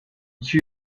iki